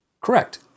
Correct